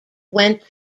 went